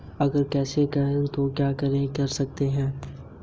अगर मैं परिवार में अकेला कमाने वाला हूँ तो क्या मुझे ऋण मिल सकता है?